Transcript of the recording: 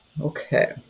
Okay